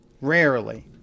Rarely